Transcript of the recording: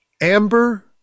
amber